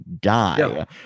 die